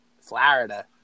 Florida